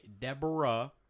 Deborah